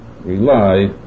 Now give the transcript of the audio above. rely